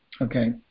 Okay